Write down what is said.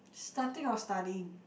starting or studying